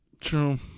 true